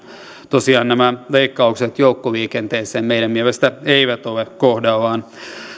tosiaan nämä leikkaukset joukkoliikenteeseen meidän mielestämme eivät ole kohdallaan